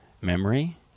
memory